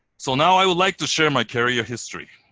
so now i would like to share my career history,